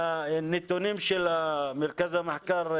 והנתונים של מרכז המחקר,